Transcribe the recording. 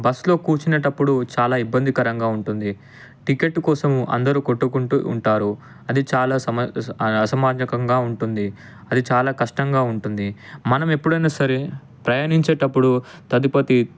బస్లో కూర్చునేటప్పుడు చాలా ఇబ్బందికరంగా ఉంటుంది టిక్కెట్ కోసం అందరు కొట్టుకుంటు ఉంటారు అది చాలా సమ అసమాన్యకంగా ఉంటుంది అది చాలా కష్టంగా ఉంటుంది మనం ఎప్పుడైనా సరే ప్రయాణించేటప్పుడు తదుపరి